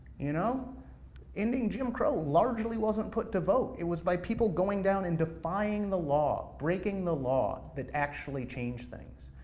you know ending jim crow largely wasn't put to vote, it was by people going down and defying the law, breaking the law, that actually changed things.